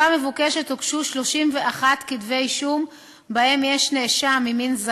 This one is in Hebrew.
והואיל ותיק הפרקליטות עשוי להכיל כמה כתבי-אישום וכמה נאשמים,